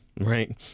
Right